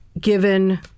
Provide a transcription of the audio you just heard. Given